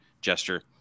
gesture